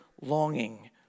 longing